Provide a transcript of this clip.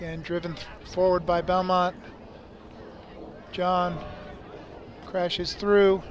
and driven forward by belmont john crashes through